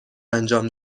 انجام